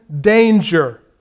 danger